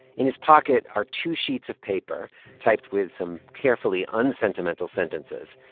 in his pocket are two sheets of paper typed with some carefully unsentimental sentences.